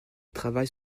travaille